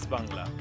Bangla